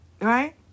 Right